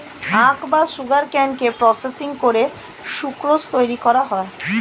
আখ বা সুগারকেনকে প্রসেসিং করে সুক্রোজ তৈরি করা হয়